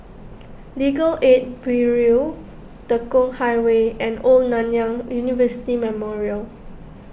Legal Aid Bureau Tekong Highway and Old Nanyang University Memorial